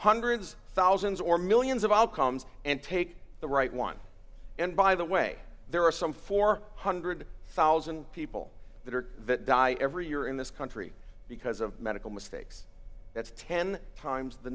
hundreds thousands or millions of outcomes and take the right one and by the way there are some four hundred thousand people that are dying every year in this country because of medical mistakes that's ten times the